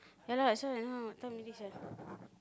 ya lah that's why now what time already sia